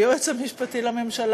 היועץ המשפטי לממשלה,